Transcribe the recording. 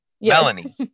Melanie